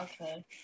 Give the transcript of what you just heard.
okay